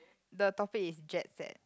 the topic is jetset